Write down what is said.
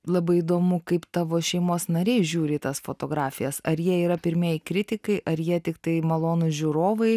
labai įdomu kaip tavo šeimos nariai žiūri į tas fotografijas ar jie yra pirmieji kritikai ar jie tiktai malonūs žiūrovai